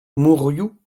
mourioux